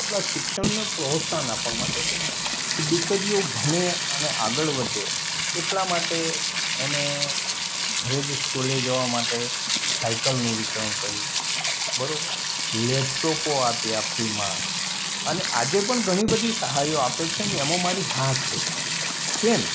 આપણા શિક્ષણને પ્રોત્સાહન આપવા માટે એક દીકરીઓ ભણે અને આગળ વધે એટલા માટે એને ઘરેથી સ્કૂલે જવા માટે સાઇકલનું વિતરણ કર્યું બરાબર લૅપટોપો આપ્યા ફ્રીમાં અને આજે પણ ઘણી બધી સહાયો આપે જ છે અને એમાં મારી હા છે કેમ